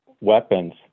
weapons